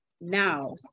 now